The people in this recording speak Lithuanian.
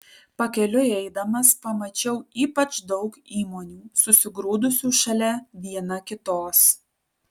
pakeliui eidamas pamačiau ypač daug įmonių susigrūdusių šalia viena kitos